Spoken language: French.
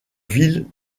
ville